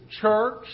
church